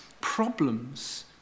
problems